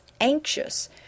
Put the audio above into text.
anxious